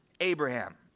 Abraham